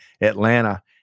Atlanta